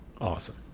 Awesome